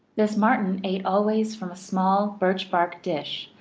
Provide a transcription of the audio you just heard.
this martin ate always from a small birch bark dish,